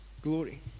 glory